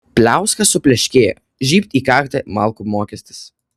pliauska supleškėjo žybt į kaktą malkų mokestis